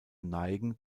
neigen